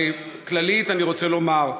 כללית אני רוצה לומר,